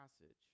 passage